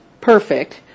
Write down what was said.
perfect